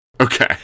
Okay